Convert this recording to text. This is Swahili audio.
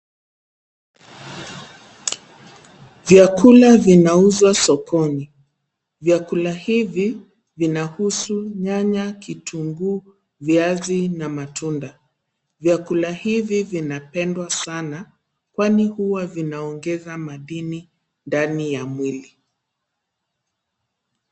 Vyakula vinauzwa sokoni. Vyakula hivi vinahusu nyanya , kitunguu, viazi na matunda. Vyakula hivi vinapendwa sana kwani huwa vinaongeza madini ndani ya mwili.